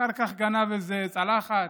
אחר כך גנב איזה צלחת,